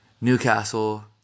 Newcastle